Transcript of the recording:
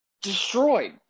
destroyed